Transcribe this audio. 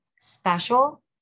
special